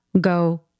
go